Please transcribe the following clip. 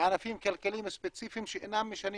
בענפים כלכליים ספציפיים שאינם משנים